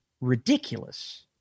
ridiculous